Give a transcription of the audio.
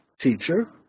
teacher